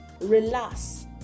relax